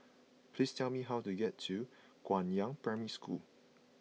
please tell me how to get to Guangyang Primary School